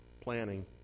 planning